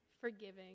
forgiving